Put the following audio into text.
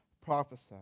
prophesy